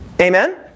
Amen